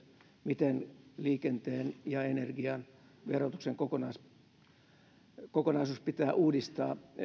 miten liikenteen ja energian verotuksen kokonaisuus pitää uudistaa